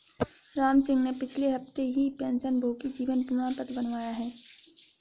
रामसिंह ने पिछले हफ्ते ही पेंशनभोगी जीवन प्रमाण पत्र बनवाया है